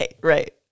Right